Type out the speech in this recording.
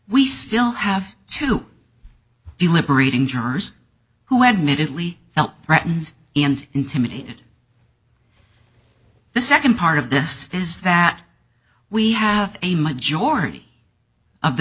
we still have to deliberating jurors who admittedly felt threatened and intimidated the second part of this is that we have a majority of the